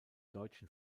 deutschen